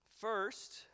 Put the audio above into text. First